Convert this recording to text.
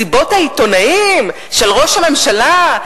מסיבות העיתונאים של ראש הממשלה,